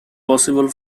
possible